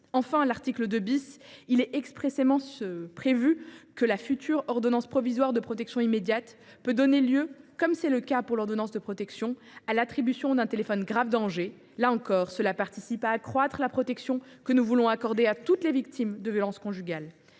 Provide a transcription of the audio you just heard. Enfin, à l’article 2, il est expressément prévu que la future ordonnance provisoire de protection immédiate peut donner lieu, comme c’est le cas pour l’ordonnance de protection, à l’attribution d’un téléphone grave danger. Là encore, cela participe à accroître la protection que nous voulons accorder à toutes les victimes de violences conjugales.